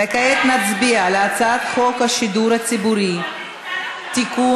וכעת נצביע על הצעת חוק השידור הציבורי (תיקון,